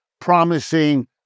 promising